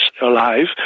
alive